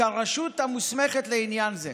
כרשות המוסמכת לעניין זה.